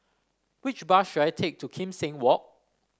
which bus should I take to Kim Seng Walk